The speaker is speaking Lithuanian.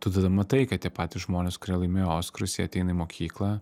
tu tada matai kad tie patys žmonės kurie laimėjo oskarus jie ateina į mokyklą